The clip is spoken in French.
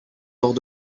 lors